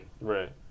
right